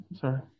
Sorry